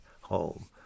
home